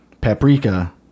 paprika